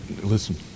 listen